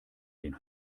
den